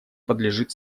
подлежит